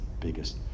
biggest